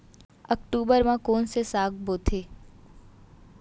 अक्टूबर मा कोन से साग बोथे?